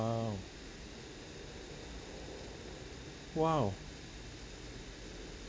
!wow! !wow!